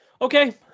Okay